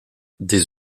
des